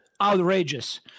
outrageous